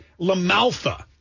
LaMalfa